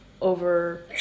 over-